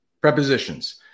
Prepositions